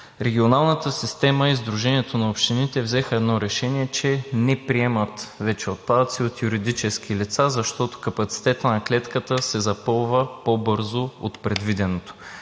Регионалната система и Сдружението на общините взеха едно решение, че не приемат вече отпадъци от юридически лица, защото капацитетът на клетката се запълва по-бързо от предвиденото.